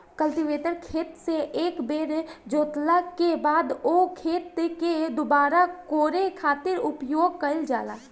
cultivator खेत से एक बेर जोतला के बाद ओ खेत के दुबारा कोड़े खातिर उपयोग कईल जाला